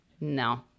No